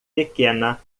pequena